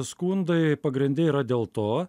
skundai pagrinde yra dėl to